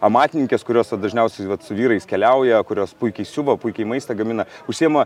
amatininkės kurios vat dažniausiai vat su vyrais keliauja kurios puikiai siuva puikiai maistą gamina užsiima